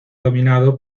dominado